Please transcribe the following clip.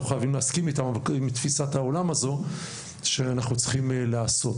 לא חייבים להסכים עם תפיסת העולם הזאת שאנחנו צריכים לעשות.